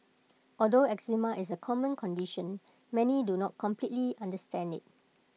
although eczema is A common condition many do not completely understand IT